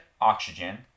oxygen